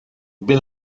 bill